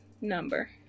number